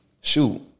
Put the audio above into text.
shoot